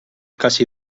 casi